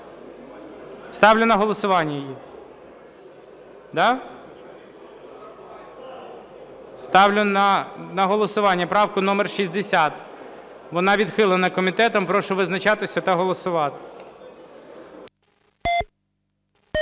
Ставлю на голосування її, да? Ставлю на голосування правку номер 60, вона відхилена комітетом. Прошу визначатися та голосувати.